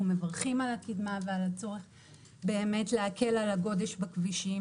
מברכים על הקדמה ועל הצורך באמת להקל על הגודש בכבישים.